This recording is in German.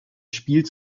spielt